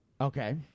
Okay